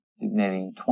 designating